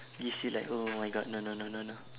you just feel like oh my god no no no no no